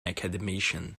academician